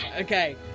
Okay